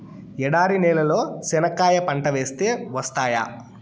ఎడారి నేలలో చెనక్కాయ పంట వేస్తే వస్తాయా?